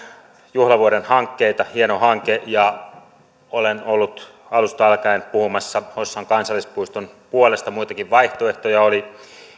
juhlavuoden hankkeita hieno hanke ja olen ollut alusta alkaen puhumassa hossan kansallispuiston puolesta muitakin vaihtoehtoja oli